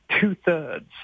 two-thirds